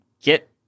get